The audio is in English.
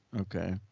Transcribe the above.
okay